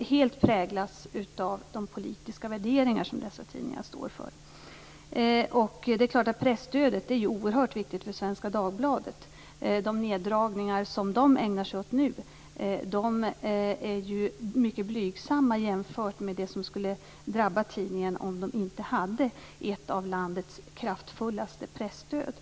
helt präglas av de politiska värderingar som dessa tidningar står för. Det är klart att presstödet är oerhört viktigt för Svenska Dagbladet. De neddragningar som nu sker där är ju mycket blygsamma jämfört med dem som skulle drabba tidningen om den inte hade ett av landets kraftigaste presstöd.